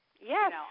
yes